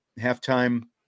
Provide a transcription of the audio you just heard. halftime